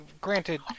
Granted